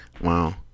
Wow